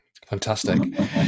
Fantastic